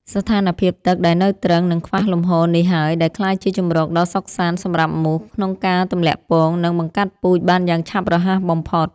ស្ថានភាពទឹកដែលនៅទ្រឹង និងខ្វះលំហូរនេះហើយ ដែលក្លាយជាជម្រកដ៏សុខសាន្តសម្រាប់មូសក្នុងការទម្លាក់ពង និងបង្កាត់ពូជបានយ៉ាងឆាប់រហ័សបំផុត។